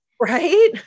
right